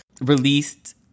released